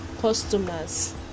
customers